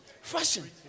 fashion